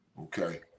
Okay